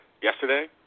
yesterday